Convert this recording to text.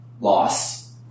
loss